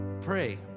Pray